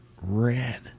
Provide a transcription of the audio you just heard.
red